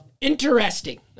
interesting